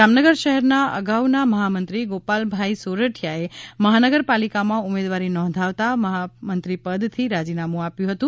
જામનગર શહેરના અગાઉના મહામંત્રી ગોપાલભાઇ સોરઠીયાએ મહાનગરપાલિકામાં ઉમેદવારી નોંધાવતા મહામંત્રી પદથી રાજીનામું આપ્યું હતું